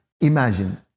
imagine